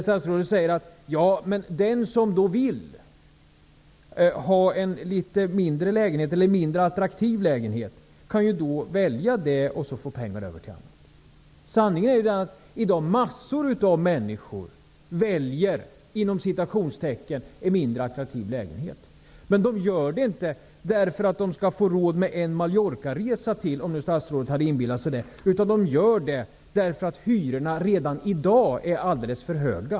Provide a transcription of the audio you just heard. Statsrådet säger att den som vill ha en litet mindre attraktiv lägenhet kan välja det och få pengar över till annat. Sanningen är den att mängder av människor i dag ''väljer'' en mindre attraktiv lägenhet. Men de gör det inte därför att de skall få råd med en Mallorcaresa till, om statsrådet hade inbillat sig det. De gör det därför att hyrorna redan i dag är alldeles för höga.